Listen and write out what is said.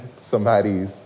somebody's